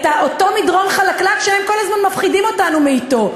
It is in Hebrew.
את אותו מדרון חלקלק שהם כל הזמן מפחידים אותנו ממנו.